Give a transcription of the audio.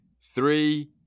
three